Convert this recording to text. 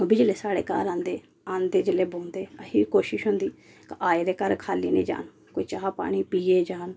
ओब्बी जेल्लै स्हाड़े घर आंदे आंदे जेल्लै बौहंदे अहें कोशिश होंदी कि आए दे घरा खाली नी जान कोई चाह् पानी पीए जान